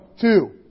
Two